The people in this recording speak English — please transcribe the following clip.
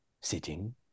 sitting